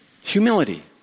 Humility